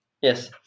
Yes